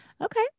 Okay